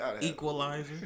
Equalizer